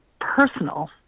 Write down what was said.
personal